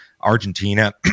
Argentina